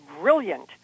brilliant